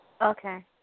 Okay